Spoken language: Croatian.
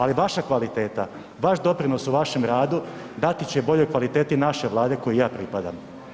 Ali, vaša kvaliteta, vaš doprinos u vašem radu dati će boljoj kvaliteti naše Vlade kojoj i ja pripadam.